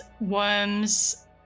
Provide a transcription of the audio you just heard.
worms